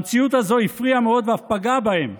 המציאות הזו הפריעה מאוד ואף פגעה בהם,